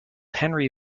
henry